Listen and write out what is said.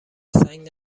سنگ